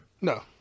No